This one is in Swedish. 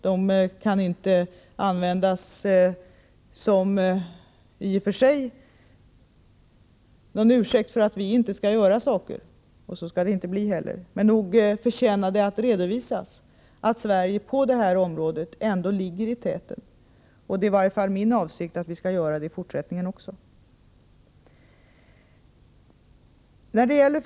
De kan i och för sig inte användas som någon ursäkt för att vi inte skall göra något. Så skall det inte heller bli. Nog förtjänar det att redovisas att Sverige på detta område ändå ligger i täten. Det är i varje fall min avsikt att vi skall göra på detta sätt också i fortsättningen.